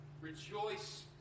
rejoice